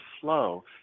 flow